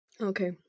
Okay